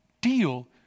deal